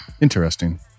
Interesting